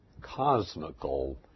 cosmical